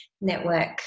network